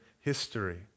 history